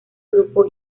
grupo